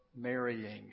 marrying